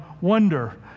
wonder